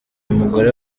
umugore